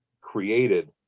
created